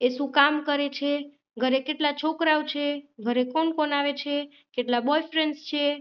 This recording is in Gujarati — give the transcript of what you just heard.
એ શું કામ કરે છે ઘરે કેટલા છોકરાઓ છે ઘરે કોણ કોણ આવે છે કેટલાં બોયફ્રેન્ડ્સ છે